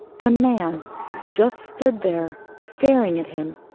and a man who just stood there, staring at him,